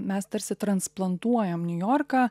mes tarsi transplantuojam niujorką